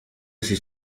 iki